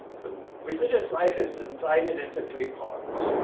religious life is divided into three parts.